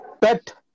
pet